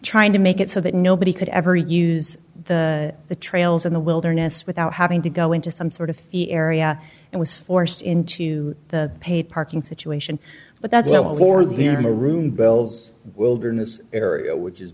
trying to make it so that nobody could ever use the the trails in the wilderness without having to go into some sort of area and was forced into the paid parking situation but that's what or the other more room bells wilderness area which is